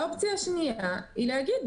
האופציה השנייה היא להגיד,